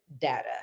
data